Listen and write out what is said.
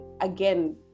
again